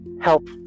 help